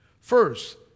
First